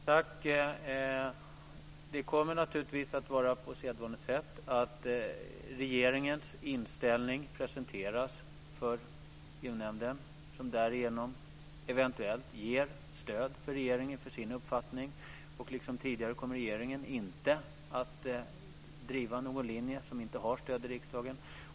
Fru talman! Det kommer naturligtvis att ske på sedvanligt sätt. Regeringens inställning presenteras för EU-nämnden som därefter eventuellt ger stöd till regeringen för sin uppfattning. Liksom tidigare kommer regeringen inte att driva någon linje som inte har stöd i riksdagen.